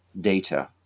data